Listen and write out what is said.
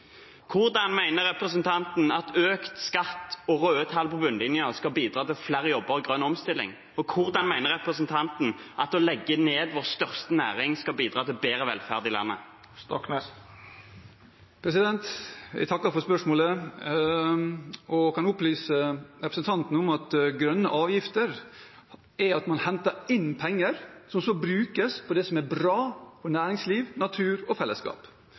Hvordan mener representanten at økt skatt og røde tall på bunnlinjen skal bidra til flere jobber og grønn omstilling? Og hvordan mener representanten at å legge ned vår største næring skal bidra til bedre velferd i landet? Jeg takker for spørsmålet og kan opplyse representanten om at grønne avgifter betyr at man henter inn penger, som så brukes på det som er bra for næringsliv, natur og fellesskap.